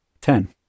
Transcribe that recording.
ten